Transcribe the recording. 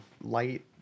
light